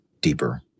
deeper